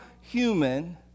human